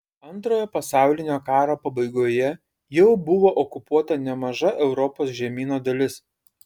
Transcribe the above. antrojo pasaulinio karo pabaigoje jau buvo okupuota nemaža europos žemyno dalis